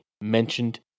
mentioned